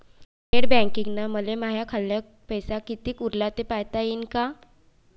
Net बँकिंगनं मले माह्या खाल्ल पैसा कितीक उरला थे पायता यीन काय?